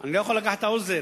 אני לא יכול לקחת את האוזן,